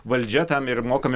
valdžia tam ir mokami